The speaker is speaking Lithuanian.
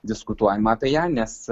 diskutuojama apie ją nes